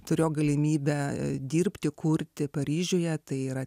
turėjo galimybę dirbti kurti paryžiuje tai yra